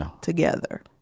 together